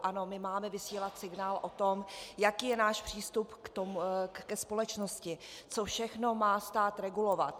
Ano, my máme vysílat signál o tom, jaký je náš přístup ke společnosti, co všechno má stát regulovat.